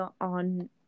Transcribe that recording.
on